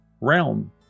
realm